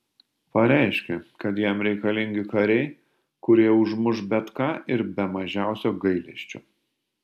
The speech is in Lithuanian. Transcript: pareiškė kad jam reikalingi kariai kurie užmuš bet ką ir be mažiausio gailesčio